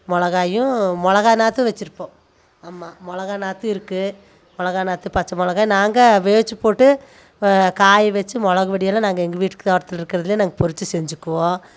மிளகாயும் மிளகா நாற்றும் வச்சுருப்போம் ஆமாம் மிளகா நாற்றும் இருக்குது மிளகா நாற்று பச்சை மிளகா நாங்கள் வெவுச்சி போட்டு காயை வச்சு மிளகு பொடிலாம் நாங்கள் எங்கள் வீட்டுக்கு தோட்டத்தில் இருக்கிறதையே நாங்கள் பறித்து செஞ்சுக்குவோம்